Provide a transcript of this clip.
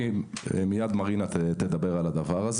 מיד מרינה תדבר על העניין הרפואי.